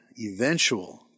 eventual